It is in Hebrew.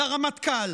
לרמטכ"ל.